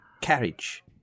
carriage